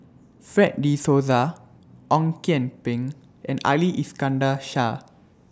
Fred De Souza Ong Kian Peng and Ali Iskandar Shah